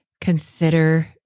consider